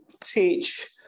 teach